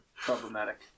problematic